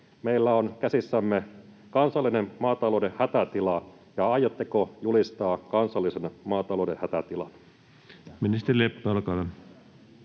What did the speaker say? meillä on käsissämme kansallinen maatalouden hätätila, ja aiotteko julistaa kansallisen maatalouden hätätilan?